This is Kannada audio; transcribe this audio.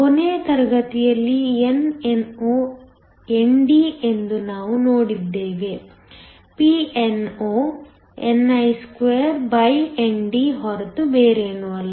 ಕೊನೆಯ ತರಗತಿಯಲ್ಲಿ nno ND ಎಂದು ನಾವು ನೋಡಿದ್ದೇವೆ Pno ni2ND ಹೊರತು ಬೇರೇನೂ ಅಲ್ಲ